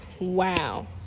Wow